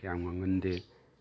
ꯀꯌꯥ ꯉꯝꯍꯟꯗꯦ